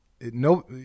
no